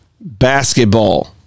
basketball